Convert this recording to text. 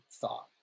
Thought